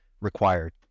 required